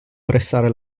pressare